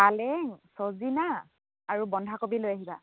পালেং চজিনা আৰু বন্ধাকবি লৈ আহিবা